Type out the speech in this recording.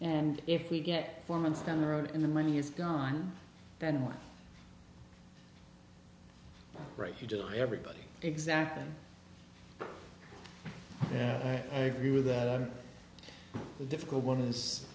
and if we get four months down the road and the money is gone then what right he just everybody exactly yeah i agree with that on the difficult one